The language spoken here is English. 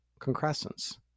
concrescence